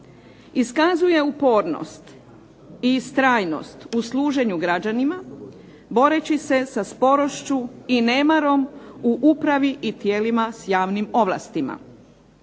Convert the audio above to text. iskazuje upornost i istrajnost u služenju građanima boreći se sa sporošću i nemarom u upravi i tijelima s javnim ovlastima,